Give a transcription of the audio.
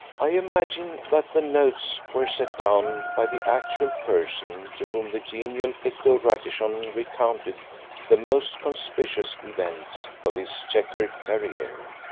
i imagine that the notes were set down by the actual person to whom the genial hector ratichon recounted the most conspicuous events of his chequered career,